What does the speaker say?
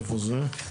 איפה זה?